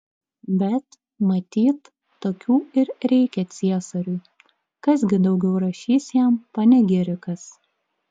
bet matyt tokių ir reikia ciesoriui kas gi daugiau rašys jam panegirikas